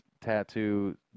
tattoo